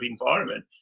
environment